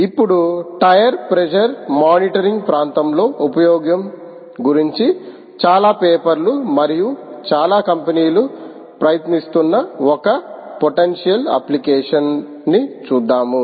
ఇప్పుడు tyre pressure monitoring ప్రాంతంలో ఉపయోగం గురించి చాలా పేపర్లు మరియు చాలా కంపెనీలు ప్రయత్నిస్తున్న ఒక పొటెంటియల్ అప్లికేషన్ ని చూద్దాము